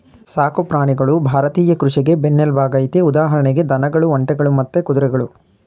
ಸಾಕು ಪ್ರಾಣಿಗಳು ಭಾರತೀಯ ಕೃಷಿಗೆ ಬೆನ್ನೆಲ್ಬಾಗಯ್ತೆ ಉದಾಹರಣೆಗೆ ದನಗಳು ಒಂಟೆಗಳು ಮತ್ತೆ ಕುದುರೆಗಳು